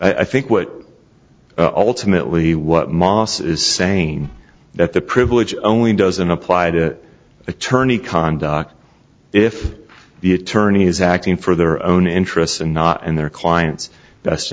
i think what ultimately what mohs is saying that the privilege only doesn't apply to attorney conduct if the attorney is acting for their own interests and not in their client's best